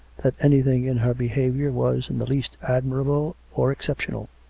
that anything in her behaviour was in the least admirable or exceptional.